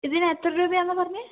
ഇതിനെത്ര രൂപയാണെന്നാണ് പറഞ്ഞത്